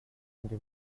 into